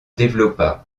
développa